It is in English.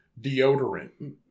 deodorant